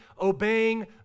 obeying